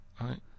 right